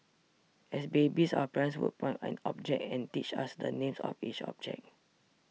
as babies our parents would point at objects and teach us the names of each object